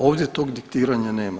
Ovdje tog diktiranja nema.